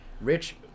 Rich